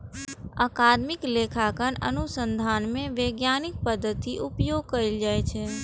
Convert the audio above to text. अकादमिक लेखांकन अनुसंधान मे वैज्ञानिक पद्धतिक उपयोग कैल जाइ छै